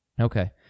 Okay